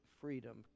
freedom